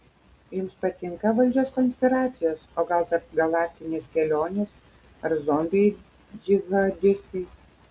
jums patinka valdžios konspiracijos o gal tarpgalaktinės kelionės ar zombiai džihadistai